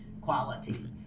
quality